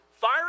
Fire